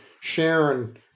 Sharon